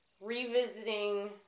revisiting